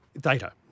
Data